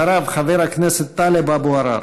אחריו, חבר הכנסת טלב אבו עראר.